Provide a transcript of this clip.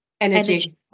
energy